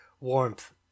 warmth